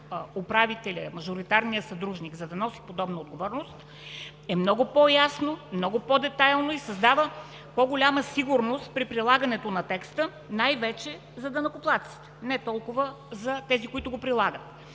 управителят, мажоритарният съдружник, за да носи подобна отговорност, е много по-ясно, много по-детайлно и създава по-голяма сигурност при прилагането на текста най-вече за данъкоплатците, не толкова за тези, които го прилагат.